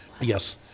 Yes